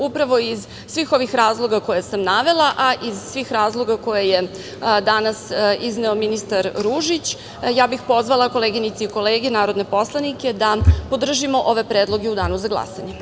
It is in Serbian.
Upravo iz svih ovih razloga koje sam navela, a iz svih razloga koje je danas izneo ministar Ružić, ja bih pozvala koleginice i kolege narodne poslanike da podržimo ove predloge u danu za glasanje.